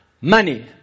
money